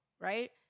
Right